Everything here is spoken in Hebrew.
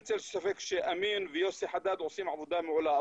אין צל של ספק שאמין ויוסי חדד עושים עבודה מעולה,